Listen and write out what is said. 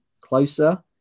closer